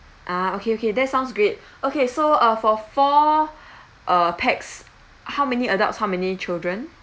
ah okay okay that sounds great okay so uh for four uh pax how many adults how many children